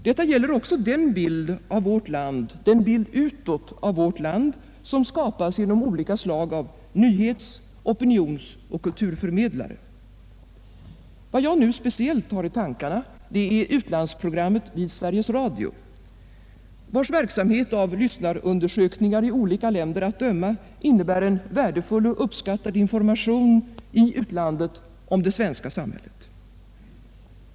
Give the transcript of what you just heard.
Detta gäller också den bild utåt av vårt land som skapas genom olika slag av nyhets-, opinionsoch kulturförmedlare. Vad jag nu speciellt har i tankarna är utlandsprogrammet vid Sveriges Radio, vars verksamhet av lyssnarundersökningar i olika länder att döma innebär en värdefull och uppskattad information i utlandet om det svenska samhället.